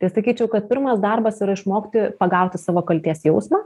tai sakyčiau kad pirmas darbas yra išmokti pagauti savo kaltės jausmą